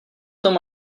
tom